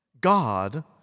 God